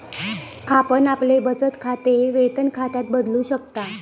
आपण आपले बचत खाते वेतन खात्यात बदलू शकता